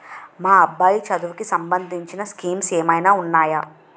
మా అబ్బాయి చదువుకి సంబందించిన స్కీమ్స్ ఏమైనా ఉన్నాయా?